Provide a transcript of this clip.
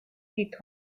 thought